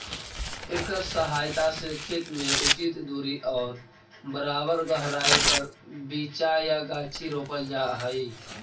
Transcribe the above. एकर सहायता से खेत में उचित दूरी और बराबर गहराई पर बीचा या गाछी रोपल जा हई